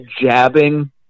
jabbing